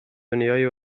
دنیای